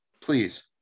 please